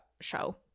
show